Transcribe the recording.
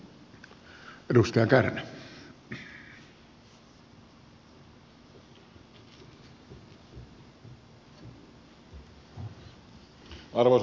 arvoisa puhemies